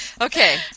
okay